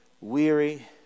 weary